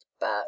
but—